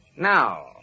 Now